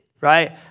right